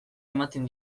ematen